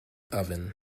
oven